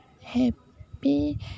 happy